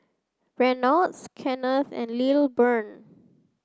Reynolds Kenneth and Lilburn